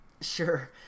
Sure